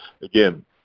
again